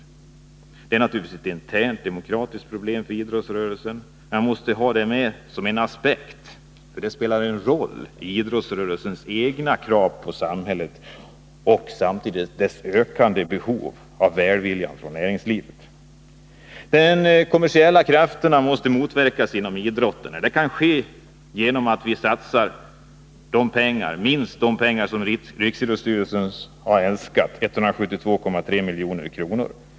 Detta är naturligtvis ett internt demokratiskt problem för idrottsrörelsen, men jag måste ta med det som en aspekt, för det spelar en roll både när det gäller idrottsrörelsens egna krav på samhället och när det gäller idrottsrörelsens ökande behov av välvilja från näringslivet. De kommersiella krafterna måste motverkas inom idrotten. Det kan ske genom att man satsar minst de pengar som riksidrottsstyrelsen har äskat, 172,3 milj.kr.